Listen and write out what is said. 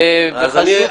זה משהו אחר.